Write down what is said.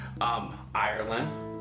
Ireland